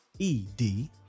ED